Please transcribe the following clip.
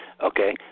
okay